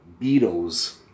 Beatles